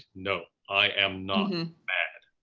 no i am not mad.